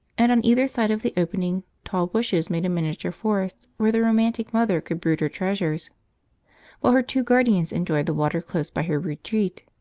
and on either side of the opening, tall bushes made a miniature forest where the romantic mother could brood her treasures while her two guardians enjoyed the water close by her retreat.